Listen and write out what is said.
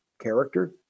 Character